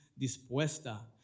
dispuesta